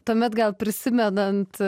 tuomet gal prisimenant